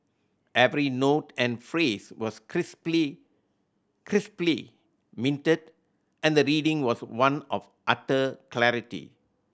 every note and phrase was crisply crisply minted and the reading was one of utter clarity